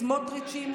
סמוטריצ'ים,